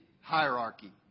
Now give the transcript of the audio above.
hierarchy